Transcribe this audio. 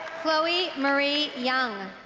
chloe marie young